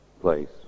place